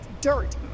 dirt